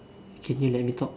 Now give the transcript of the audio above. can you let me talk